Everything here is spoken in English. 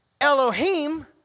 Elohim